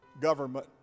government